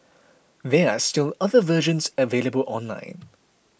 there are still other versions available online